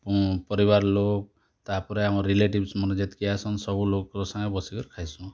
ମୁଁ ପରିବାର ଲୋକ୍ ତା ପରେ ଆମର୍ ରିଲେଟିଭ୍ସମାନେ ଯେତିକି ଆସନ୍ ସବୁ ଲୋକଙ୍କ ସାଙ୍ଗରେ ବସି କିରି ଖାଇସୁଁ